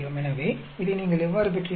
எனவே இதை நீங்கள் எவ்வாறு பெற்றீர்கள்